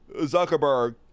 Zuckerberg